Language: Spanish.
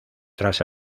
tras